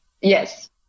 Yes